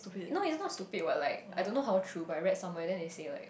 you know it's not stupid what like I don't know how true but I read somewhere then they said like